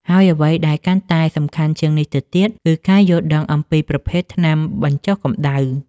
ហើយអ្វីដែលកាន់តែសំខាន់ជាងនេះទៅទៀត គឺការយល់ដឹងអំពីប្រភេទថ្នាំបញ្ចុះកម្តៅ។